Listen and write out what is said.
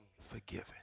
forgiven